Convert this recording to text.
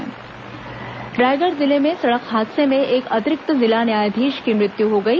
दुर्घटना रायगढ़ जिले में सड़क हादसे में एक अतिरिक्त जिला न्यायाधीश की मृत्यु हो गई